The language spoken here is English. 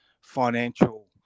financial